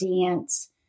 dance